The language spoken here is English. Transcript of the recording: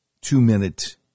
two-minute